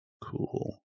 Cool